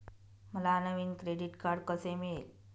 मला नवीन credit card कसे मिळेल?